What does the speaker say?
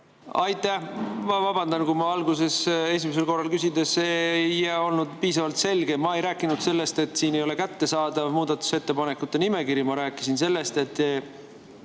Aitäh! Ma vabandan, kui ma esimesel korral küsides ei olnud piisavalt selge. Ma ei rääkinud sellest, et siin ei ole kättesaadav muudatusettepanekute nimekiri. Ma rääkisin sellest, et